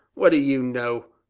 what do you know?